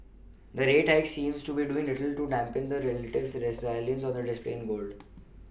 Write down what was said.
the rate hikes seem to be doing little to dampen the relative resilience on display in gold